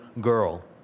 girl